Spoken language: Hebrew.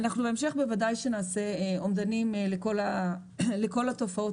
בהמשך בוודאי שנעשה אומדנים לכל התופעות